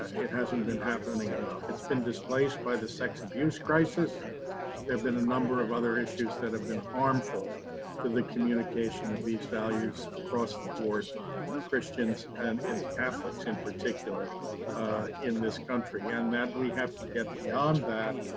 it hasn't been happening enough. it's been displaced by the sex abuse crisis. there have been a number of other issues that have been harmful to the communication of these values across the board to christians, and in catholics in particular in this country. and that we have to get beyond that,